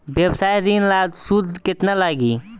व्यवसाय ऋण ला सूद केतना लागी?